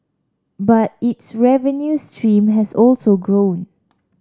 but its revenue stream has also grown